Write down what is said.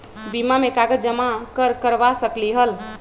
बीमा में कागज जमाकर करवा सकलीहल?